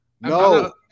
No